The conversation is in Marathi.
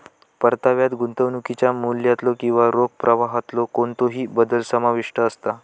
परताव्यात गुंतवणुकीच्या मूल्यातलो किंवा रोख प्रवाहातलो कोणतोही बदल समाविष्ट असता